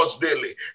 daily